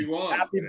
Happy